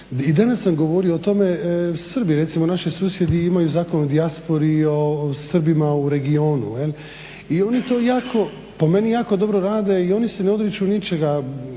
i danas sam govorio o tome, Srbi recimo naši susjedi imaju Zakon o dijaspori i o Srbima u regionu jel. I oni to jako, po meni jako dobro rade, i oni se ne odriču ničega.